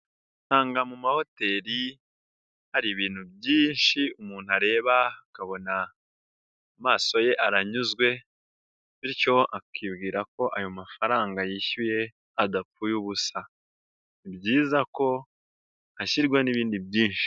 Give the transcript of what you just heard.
Usanga mu mahoteli, hari ibintu byinshi umuntu areba akabona amaso ye aranyuzwe, bityo akibwira ko ayo mafaranga yishyuye adapfuye ubusa. Ni byiza ko hashyirwa n'ibindi byinshi.